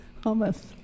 Hummus